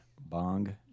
Bong